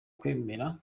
kwemera